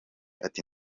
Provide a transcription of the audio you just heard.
ati